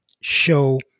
show